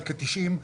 על כ-90,